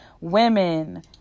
Women